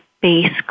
base